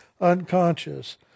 unconscious